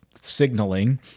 signaling